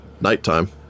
nighttime